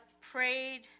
prayed